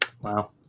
Wow